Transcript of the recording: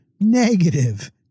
negative